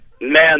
man